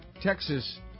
Texas